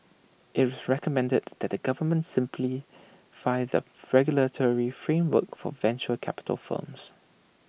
IT recommended that the government simplify the regulatory framework for venture capital firms